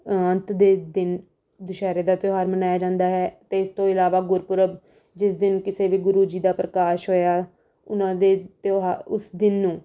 ਅੰਤ ਦੇ ਦਿਨ ਦੁਸਹਿਰੇ ਦਾ ਤਿਉਹਾਰ ਮਨਾਇਆ ਜਾਂਦਾ ਹੈ ਅਤੇ ਇਸ ਤੋਂ ਇਲਾਵਾ ਗੁਰਪੁਰਬ ਜਿਸ ਦਿਨ ਕਿਸੇ ਵੀ ਗੁਰੂ ਜੀ ਦਾ ਪ੍ਰਕਾਸ਼ ਹੋਇਆ ਉਨ੍ਹਾਂ ਦੇ ਤਿਉਹਾ ਉਸ ਦਿਨ ਨੂੰ